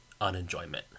unenjoyment